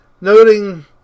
noting